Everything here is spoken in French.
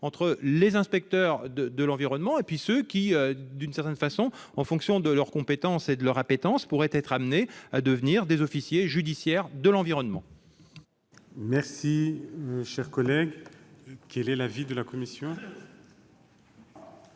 entre les inspecteurs de l'environnement et ceux qui, en fonction de leurs compétences et de leur appétence, pourraient être amenés à devenir des officiers judiciaires de l'environnement. Quel est l'avis de la commission ?